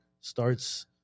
starts